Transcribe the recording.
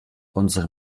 unsere